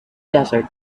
desert